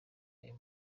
ayo